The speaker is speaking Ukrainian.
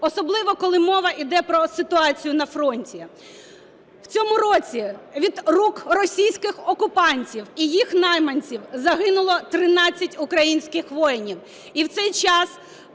особливо коли мова йде про ситуацію на фронті. У цьому році від рук російських окупантів і їх найманців загинуло 13 українських воїнів.